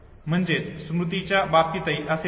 म्हणजेच स्मृतीच्या बाबतीतही असेच आहे